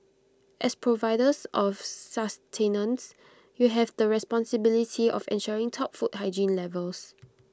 as providers of sustenance you have the responsibility of ensuring top food hygiene levels